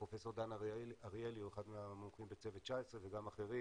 פרופ' דן אריאלי הוא אחד מהמומחים בצוות 19 וגם אחרים,